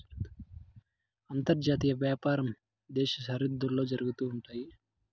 అంతర్జాతీయ వ్యాపారం దేశ సరిహద్దుల్లో జరుగుతా ఉంటయి